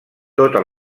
tota